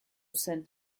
zen